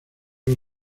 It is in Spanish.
los